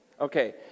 Okay